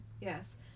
Yes